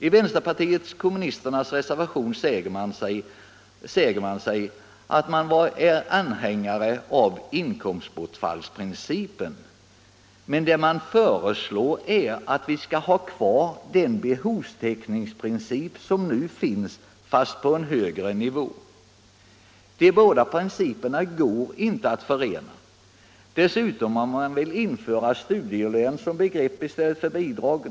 I vänsterpartiet kommunisternas reservation säger man sig vara anhängare av inkomstbortfallsprincipen, men det man föreslår är att vi skall ha kvar den behovstäckningsprincip som nu finns, ehuru på en högre nivå. De båda principerna går inte att förena. Man vill dessutom genomföra studielön som begrepp i stället för bidrag.